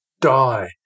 die